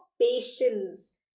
patience